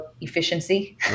efficiency